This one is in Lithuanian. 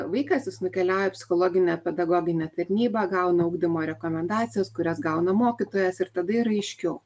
vaikas jis nukeliauja į psichologinę pedagoginę tarnybą gauna ugdymo rekomendacijas kurias gauna mokytojas ir tada yra aiškiau